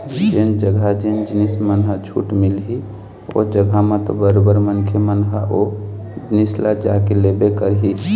जेन जघा जेन जिनिस मन ह छूट मिलही ओ जघा म तो बरोबर मनखे मन ह ओ जिनिस ल जाके लेबे करही